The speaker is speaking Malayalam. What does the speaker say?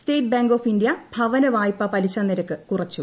സ്റ്റേറ്റ് ബാങ്ക് ഓഫ് ഇന്ത്യ ഭവന വായ്പ പലിശ നിരക്ക് കുറച്ചു